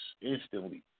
instantly